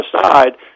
aside